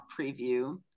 preview